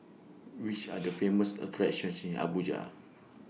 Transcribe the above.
Which Are The Famous attractions in Abuja